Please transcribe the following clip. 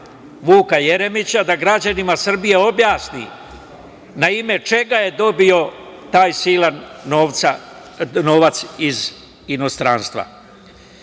Vuka Jeremića da građanima Srbije objasni na ime čega je dobio taj silan novac iz inostranstva. Na